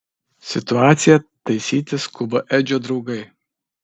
situaciją taisyti skuba edžio draugai